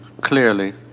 Clearly